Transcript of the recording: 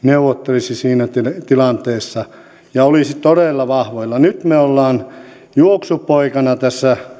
neuvottelisi siinä tilanteessa ja olisi todella vahvoilla nyt me olemme juoksupoikana tässä